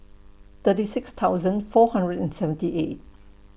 thirty six thousand four hundred and seventy eight